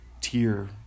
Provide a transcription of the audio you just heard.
tier